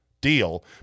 deal